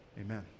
Amen